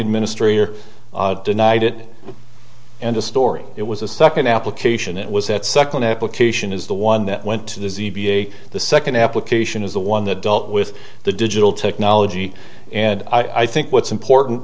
administrator denied it end of story it was a second application it was that second application is the one that went to the z b a the second application is the one that dealt with the digital technology and i think what's important